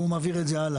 והוא יעביר את זה הלאה.